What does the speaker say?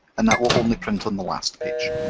and that will only print on the last page.